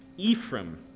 Ephraim